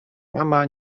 mama